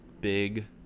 big